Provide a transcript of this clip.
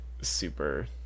super